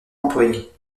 employés